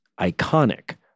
iconic